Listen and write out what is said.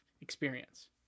experience